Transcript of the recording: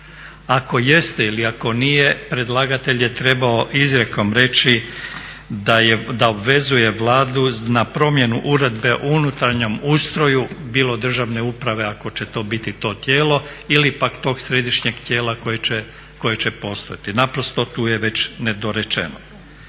Ako jeste ili ako nije predlagatelj je trebao izrijekom reći da obvezuje Vladu na promjenu Uredbe o unutarnjem ustroju bilo državne uprave ako će to biti to tijelo ili pak tog središnjeg tijela koje će postojati. Naprosto tu je već nedorečeno.